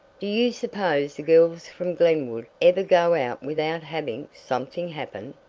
do you suppose the girls from glenwood ever go out without having something happen?